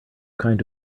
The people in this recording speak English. kind